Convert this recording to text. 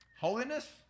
holiness